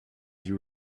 you